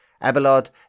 Abelard